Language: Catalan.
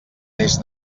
des